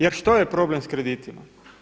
Jer što je problem s kreditima?